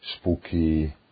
spooky